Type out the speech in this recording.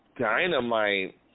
Dynamite